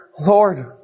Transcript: Lord